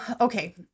Okay